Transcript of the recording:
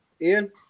ian